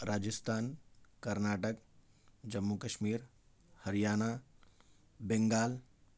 Rajasthan Karnataka Jammu Kashmir Haryana Bengal